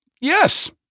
Yes